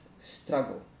struggle